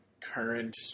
current